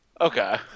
Okay